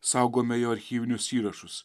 saugome jo archyvinius įrašus